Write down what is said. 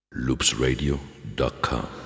loopsradio.com